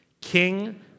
King